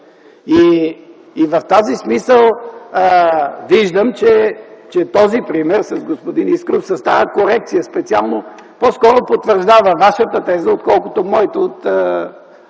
В този смисъл виждам, че този пример с господин Искров, с тази корекция специално, по-скоро потвърждава Вашата теза, отколкото моята от